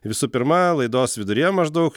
visų pirma laidos viduryje maždaug